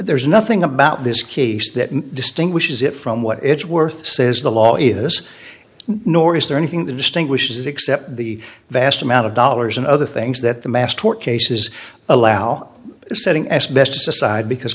there's nothing about this case that distinguishes it from what it's worth says the law is nor is there anything that distinguishes except the vast amount of dollars and other things that the mass tort cases allow setting asbestos aside because